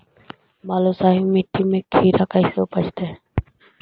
बालुसाहि मट्टी में खिरा कैसे उपजतै?